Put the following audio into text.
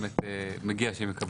שבאמת מגיע שהם יקבלו.